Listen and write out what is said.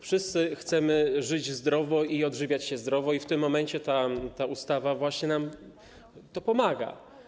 Wszyscy chcemy żyć zdrowo i odżywiać się zdrowo i w tym momencie ta ustawa właśnie nam w tym pomaga.